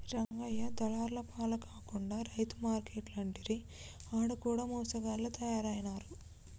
రంగయ్య దళార్ల పాల కాకుండా రైతు మార్కేట్లంటిరి ఆడ కూడ మోసగాళ్ల తయారైనారు